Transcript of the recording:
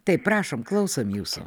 taip prašom klausom jūsų